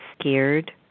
scared